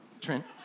Trent